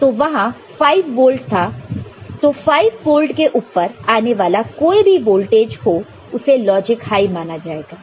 तो वहां 5 वोल्ट था तो 5 वोल्ट के ऊपर आने वाला कोई भी वोल्टेज हो उसे लॉजिक हाई माना जाएगा